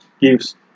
gives